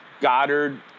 Goddard